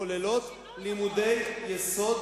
כוללות לימודי יסוד